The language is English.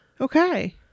okay